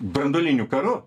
branduoliniu karu